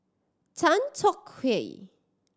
Tan Tong Hye